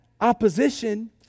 opposition